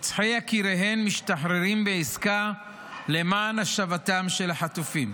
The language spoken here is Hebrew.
רוצחי יקיריהן משתחררים בעסקה למען השבתם של החטופים.